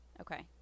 Okay